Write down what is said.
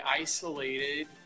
isolated